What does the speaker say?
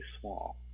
small